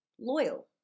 loyal